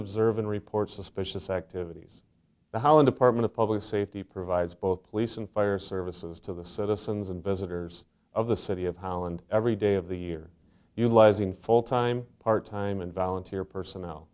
observe and report suspicious activities the holon department of public safety provides both police and fire services to the citizens and visitors of the city of holland every day of the year utilizing full time part time and volunteer personnel